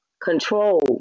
control